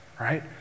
right